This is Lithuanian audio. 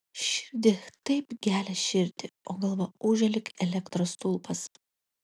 širdį taip gelia širdį o galva ūžia lyg elektros stulpas